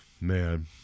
man